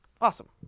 awesome